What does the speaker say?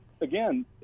again